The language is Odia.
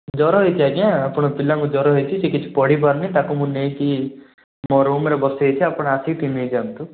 ଜର ହେଇଛି ଆଜ୍ଞା ଆପଣଙ୍କ ପିଲାଙ୍କୁ ଜର ହେଇଛି ସେ କିଛି ପଢ଼ିପାରୁନି ତା'କୁ ମୁଁ ନେଇକି ମୋ ରୁମରେ ବସେଇଛି ଆପଣ ଆସିକି ଟିକେ ନେଇଯାଆନ୍ତୁ